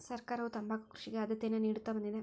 ಸರ್ಕಾರವು ತಂಬಾಕು ಕೃಷಿಗೆ ಆದ್ಯತೆಯನ್ನಾ ನಿಡುತ್ತಾ ಬಂದಿದೆ